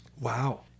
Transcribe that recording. Wow